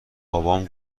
بابام